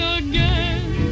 again